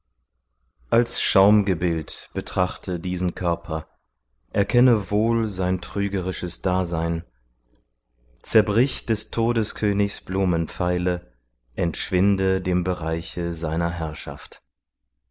als schaumgebild betrachte diesen körper erkenne wohl sein trügerisches dasein zerbrich des todeskönigs blumenpfeile entschwinde dem bereiche seiner herrschaft